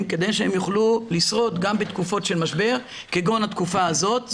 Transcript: כדי שהם יוכלו לשרוד גם בתקופות של משבר כגון התקופה הזאת,